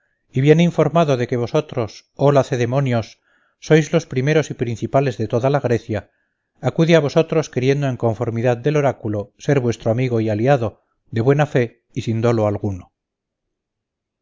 y bien informado de que vosotros oh lacedemonios sois los primeros y principales de toda la grecia acude a vosotros queriendo en conformidad del oráculo ser vuestro amigo y aliado de buena fe y sin dolo alguno